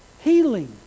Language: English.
Healing